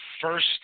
first